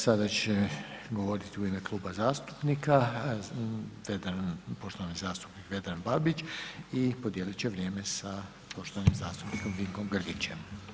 Sada će govoriti u ime kluba zastupnika poštovani zastupnik Vedran Babić i podijeliti će vrijeme sa poštovanim zastupnikom Vinkom Grgićem.